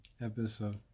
Episode